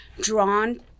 drawn